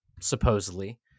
supposedly